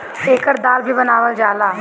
एकर दाल भी बनावल जाला